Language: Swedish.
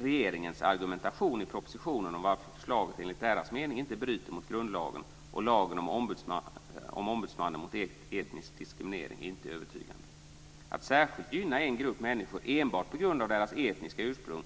Regeringens argumentation i propositionen om varför förslaget enligt deras mening inte bryter mot grundlagen och lagen om Ombudsmannen mot etnisk diskriminering är inte övertygande. Att särskilt gynna en grupp människor enbart på grund av deras etniska ursprung